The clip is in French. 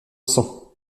sang